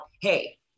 hey